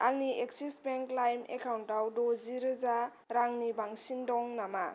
आंनि Axis bank लाइम एकाउन्टाव द'जि रोजा रांनि बांसिन दं नामा